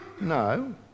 No